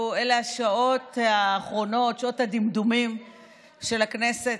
אלה השעות האחרונות, שעות הדמדומים של הכנסת.